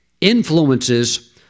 influences